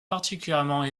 particulièrement